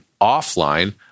offline